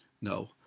no